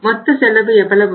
மொத்த செலவு எவ்வளவு வரும்